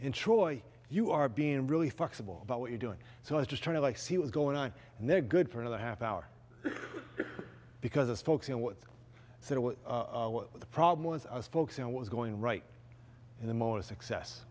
in troy you are being really flexible about what you're doing so i was just trying to like see what's going on and they're good for another half hour because it's focusing on what the problem was i was focusing on what's going right in the more success